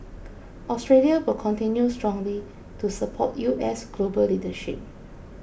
Australia will continue strongly to support U S global leadership